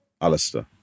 Alistair